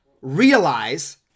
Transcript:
realize